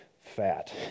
fat